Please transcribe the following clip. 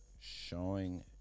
showing